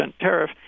tariff